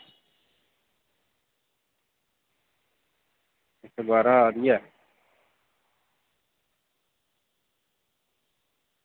अच्छा बाह्रा आ दी ऐ